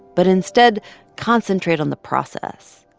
but instead concentrate on the process.